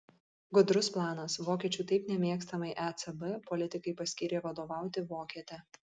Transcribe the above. gudrus planas vokiečių taip nemėgstamai ecb politikai paskyrė vadovauti vokietę